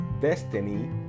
destiny